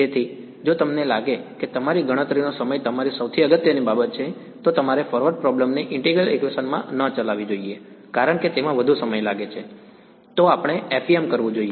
તેથી જો તમને લાગે કે તમારી ગણતરીનો સમય તમારી સૌથી અગત્યની બાબત છે તો તમારે ફોરવર્ડ પ્રોબ્લેમ ને ઇન્ટિગ્રલ ઇક્વેશન માં ન ચલાવવી જોઈએ કારણ કે તેમાં વધુ સમય લાગે છે તો આપણે FEM કરવુ જોઇએ